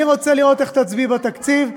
אני רוצה לראות איך תצביעי בתקציב.